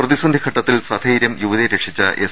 പ്രതിസന്ധി ഘട്ടത്തിൽ സ്ഥൈരൃം യുവതിയെ രക്ഷിച്ച എസ്